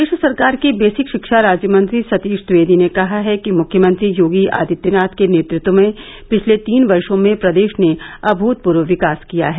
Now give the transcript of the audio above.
प्रदेश सरकार के बेसिक शिक्षा राज्य मंत्री सतीश द्विपेदी ने कहा कि मुख्यमंत्री योगी आदित्यनाथ के नेतृत्व में पिछले तीन वर्षो में प्रदेश ने अनृतपूर्व विकास किया है